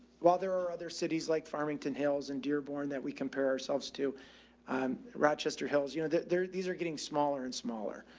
while there are other cities like farmington hills in dearborn that we compare ourselves to um rochester hills, you know, they're there, these are getting smaller and smaller.